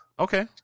Okay